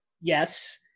yes